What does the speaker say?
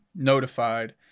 notified